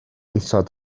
isod